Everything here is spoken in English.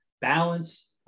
balance